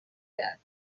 کرده